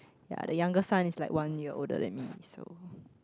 ya the younger son is like one year older than me so